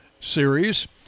series